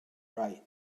right